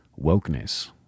Wokeness